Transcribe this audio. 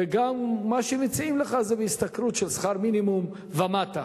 וגם מה שמציעים לך זה בשכר מינימום ומטה.